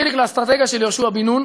חיליק, לאסטרטגיה של יהושע בן נון